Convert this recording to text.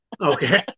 Okay